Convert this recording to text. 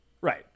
Right